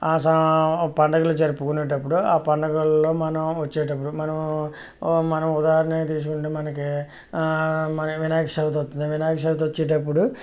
ఆశ పండగలు జరుపుకునేటప్పుడు ఆ పండగల్లో మనం వచ్చేటప్పుడు మనం మనం ఉదాహరణకి తీసుకుంటే మనకి మనకి వినాయక చవితి వస్తుంది వినాయక చవితి వచ్చేటప్పుడు